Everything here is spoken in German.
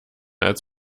als